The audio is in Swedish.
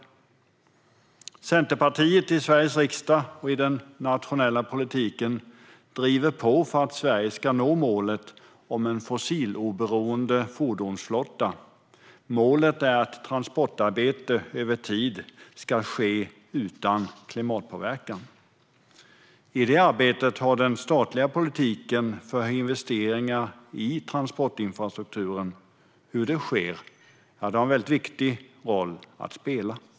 Centerpartiet driver i Sveriges riksdag och i den nationella politiken på för att Sverige ska nå målet om en fossiloberoende fordonsflotta. Målet är att transportarbete över tid ska ske utan klimatpåverkan. I detta arbete har den statliga politiken för hur investeringar i transportinfrastrukturen sker en viktig roll att spela.